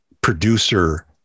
producer